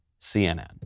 CNN